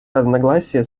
разногласия